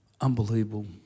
unbelievable